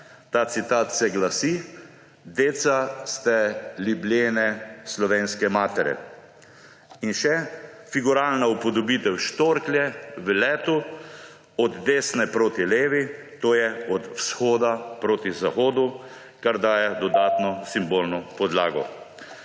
Ta citat se glasi: »Deca ste lüblene slovenske matere.« In še figuralna upodobitev štorklje v letu od desne proti levi, to je od vzhoda proti zahodu, kar daje dodatno simbolno podlago.